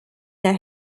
der